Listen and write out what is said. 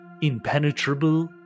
impenetrable